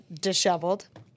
disheveled